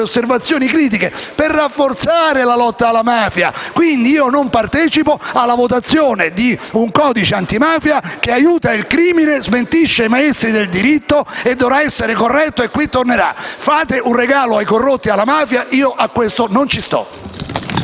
osservazioni critiche per rafforzare la lotta alla mafia. Pertanto, non partecipo alla votazione su un codice antimafia che aiuta il crimine, smentisce i maestri del diritto, dovrà essere corretto e qui tornerà. Fate un regalo ai corrotti e alla mafia. Io a questo non ci sto.